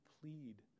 plead